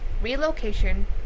Relocation